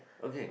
okay